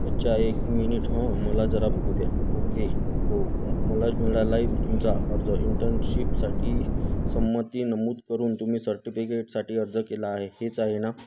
अच्छा एक मिनिट हं मला जरा बघू द्या ओके हो म मला मिळाला आहे तुमचा अर्ज इंटर्नशिपसाठी संमती नमूद करून तुम्ही सर्टिफिकेटसाटी अर्ज केला आहे हेच आहे ना